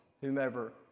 whomever